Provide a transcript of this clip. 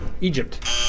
Egypt